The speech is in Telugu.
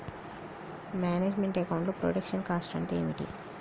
మేనేజ్ మెంట్ అకౌంట్ లో ప్రొడక్షన్ కాస్ట్ అంటే ఏమిటి?